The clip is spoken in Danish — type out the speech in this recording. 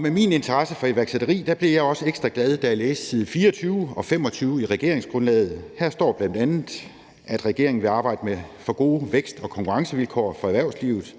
Med min interesse for iværksætteri blev jeg også ekstra glad, da jeg læste side 24 og 25 i regeringsgrundlaget. Her står bl.a., at regeringen vil arbejde for gode vækst- og konkurrencevilkår for erhvervslivet,